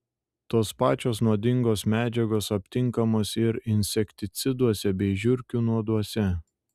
tos pačios nuodingos medžiagos aptinkamos ir insekticiduose bei žiurkių nuoduose